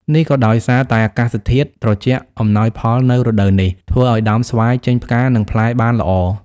នេះក៏ដោយសារតែអាកាសធាតុត្រជាក់អំណោយផលនៅរដូវនេះ ធ្វើឲ្យដើមស្វាយចេញផ្កា និងផ្លែបានល្អ។